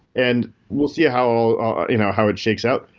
and we'll see how you know how it shakes out.